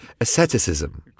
asceticism